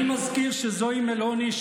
אני מזכיר שזוהי מלוני,